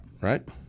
right